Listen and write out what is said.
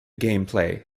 gameplay